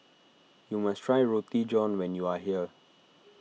you must try Roti John when you are here